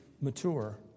mature